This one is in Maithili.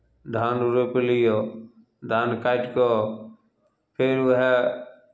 धान रोपि लियौ धान काटि कऽ फेर उएह